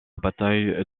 bataille